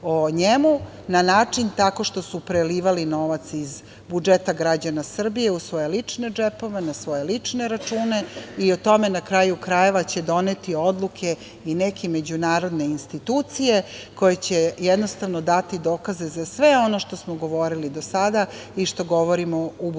na način tako što su prelivali novac iz budžeta građana Srbije u svoje lične džepove, na svoje lične račune i o tome na kraju krajeva će doneti odluke i neke međunarodne institucije koje će dati dokaze za sve ono što smo govorili do sada i što govorimo u